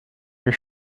your